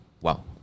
Wow